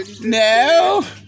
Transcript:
No